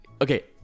Okay